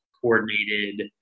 coordinated